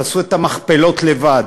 תעשו את המכפלות לבד.